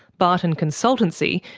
barton consultancy,